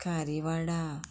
Kharivada